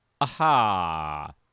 Aha